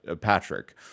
Patrick